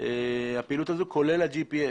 כולל ה-GPS?